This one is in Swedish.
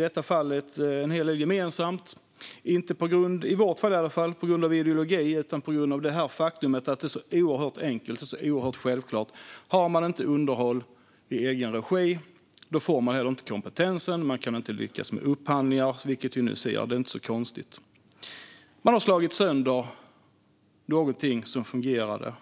Vänsterpartiet och Sverigedemokraterna en hel del gemensamt i detta fall. Åtminstone i Sverigedemokraternas fall är detta inte på grund av ideologi utan på grund av faktumet att det är så oerhört enkelt och självklart: Har man inte underhåll i egen regi får man heller inte kompetensen och kan inte lyckas med upphandlingar, vilket vi nu ser. Det är inte så konstigt. Man har slagit sönder någonting som fungerade.